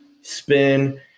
spin